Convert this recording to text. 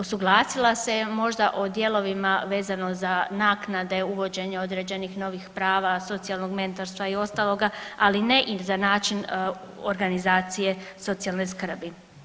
Usuglasila se možda o dijelovima vezano za naknade, uvođenje određenih novih prava, socijalnog mentorstva i ostaloga, ali ne i za način organizacije socijalne skrbi.